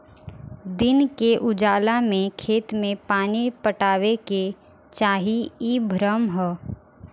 दिन के उजाला में खेत में पानी पटावे के चाही इ भ्रम ह